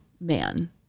man